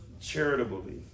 charitably